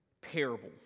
parable